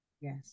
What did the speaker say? Yes